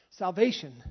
Salvation